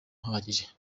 uhagije